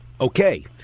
Okay